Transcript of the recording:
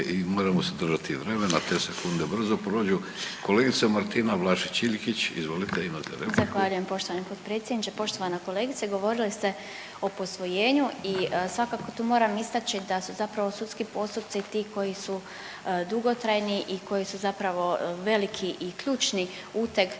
i moramo se držati i vremena te sekunde brzo prođu. Kolegice Martina Vlašić Iljkić izvolite imate repliku. **Vlašić Iljkić, Martina (SDP)** Zahvaljujem poštovani potpredsjedniče. Poštovana kolegice govorili ste o posvojenju i svakako tu moram istači da su zapravo sudski postupci ti koji su dugotrajni i koji su zapravo veliki i ključni uteg